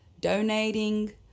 donating